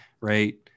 Right